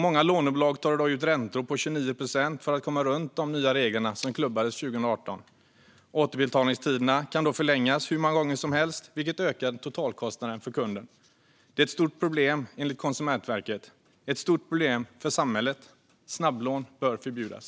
Många lånebolag tar i dag ut räntor på 29 procent för att komma runt de nya reglerna som klubbades 2018. Återbetalningstiderna kan då förlängas hur många gånger som helst, vilket ökar totalkostnaden för kunden. Det är ett stort problem, enligt Konsumentverket. Det är ett stort problem för samhället. Snabblån bör förbjudas.